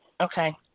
Okay